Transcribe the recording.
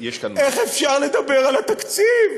איך אפשר לדבר על התקציב?